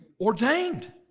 Ordained